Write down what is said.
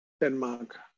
denmark